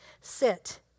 sit